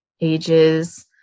ages